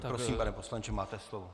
Prosím, pane poslanče, máte slovo.